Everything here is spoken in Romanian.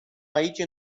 aici